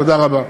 תודה רבה.